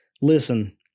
listen